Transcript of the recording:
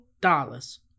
dollars